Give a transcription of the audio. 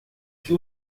que